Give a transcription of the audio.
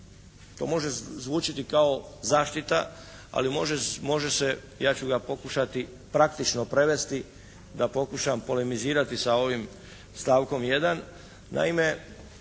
To može zvučati kao zaštita ali može se, ja ću ga pokušati praktično prevesti da pokušam polemizirati sa ovim stavkom 1.